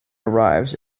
arrives